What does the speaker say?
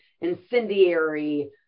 incendiary